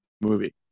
movie